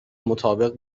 مطابق